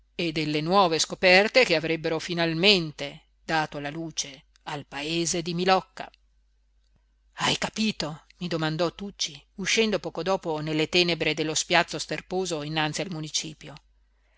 e delle nuove scoperte che avrebbero finalmente dato la luce al paese di milocca hai capito mi domandò tucci uscendo poco dopo nelle tenebre dello spiazzo sterposo innanzi al municipio